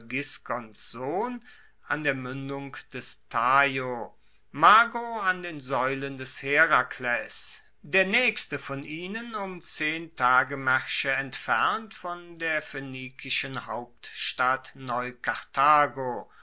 gisgons sohn an der muendung des tajo mago an den saeulen des herakles der naechste von ihnen um zehn tagemaersche entfernt von der phoenikischen hauptstadt